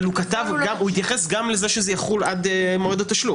אבל הוא התייחס גם לזה שזה יחול עד מועד התשלום.